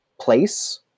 place